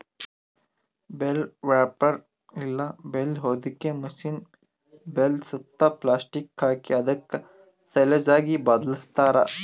bale wrapper ಇಲ್ಲ bale ಹೊದಿಕೆ machine bale ಸುತ್ತಾ ಪ್ಲಾಸ್ಟಿಕ್ ಹಾಕಿ ಅದುಕ್ ಸೈಲೇಜ್ ಆಗಿ ಬದ್ಲಾಸ್ತಾರ್